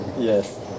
Yes